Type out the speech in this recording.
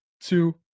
two